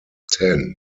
ten